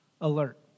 alert